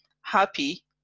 happy